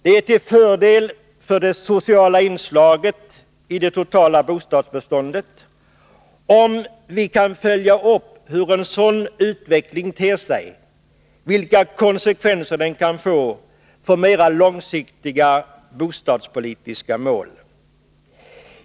Det är till fördel för det sociala inslaget i det totala bostadsbeståndet om vi kan följa upp hur en sådan utveckling ter sig och vilka konsekvenser den kan få för mera långsiktiga bostadspolitiska mål.